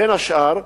בין השאר,